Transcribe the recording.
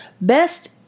Best